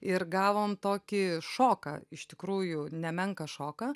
ir gavom tokį šoką iš tikrųjų nemenką šoką